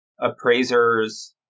appraisers